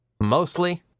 mostly